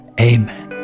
Amen